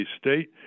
State